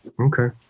okay